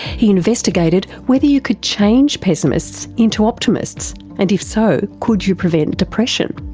he investigated whether you could change pessimists into optimists and, if so, could you prevent depression.